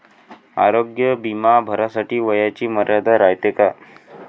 आरोग्य बिमा भरासाठी वयाची मर्यादा रायते काय?